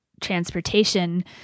transportation